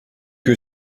que